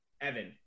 Evan